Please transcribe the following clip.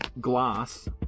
glass